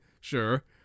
Sure